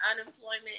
unemployment